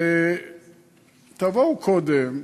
תבואו קודם.